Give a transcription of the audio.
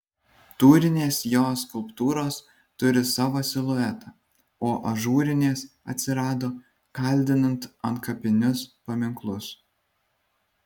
tūrinės jo skulptūros turi savo siluetą o ažūrinės atsirado kaldinant antkapinius paminklus